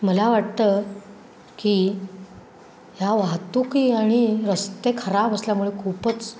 मला वाटतं की ह्या वाहतूक आणि रस्ते खराब असल्यामुळे खूपच